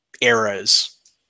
eras